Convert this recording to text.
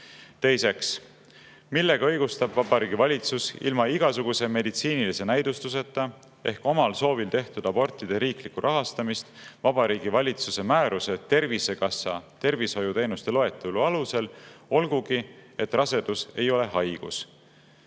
Teiseks: "Millega õigustab Vabariigi Valitsus ilma igasuguse meditsiinilise näidustuseta ehk omal soovil tehtud abortide riiklikku rahastamist VV määruse "Tervisekassa tervishoiuteenuste loetelu" alusel, olgugi et kuna rasedus ei ole haigus,